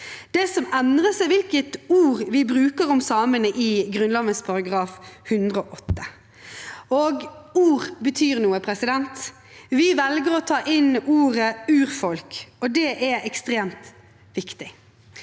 Det som endres, er hvilket ord vi bruker om samene i Grunnloven § 108 – og ord betyr noe. Vi velger å ta inn ordet «urfolk», og det er ekstremt viktig.